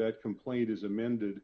that complaint is amended